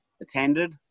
attended